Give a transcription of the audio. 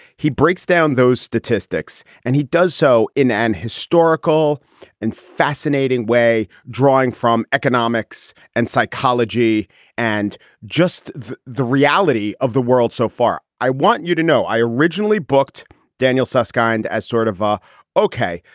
he breaks down those statistics and he does so in an historical and fascinating way, drawing from economics and psychology and just the the reality of the world so far. i want you to know i originally booked daniel susskind as sort of ah ok,